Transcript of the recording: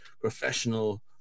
professional